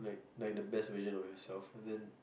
like the best version of yourself and then